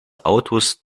autos